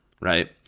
Right